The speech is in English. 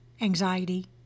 anxiety